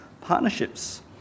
partnerships